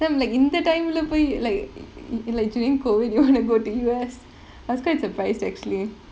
then I'm like இந்த:intha time leh போய்:poi like l~ like during COVID you want to go to U_S I was quite surprised actually